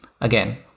Again